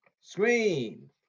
Screen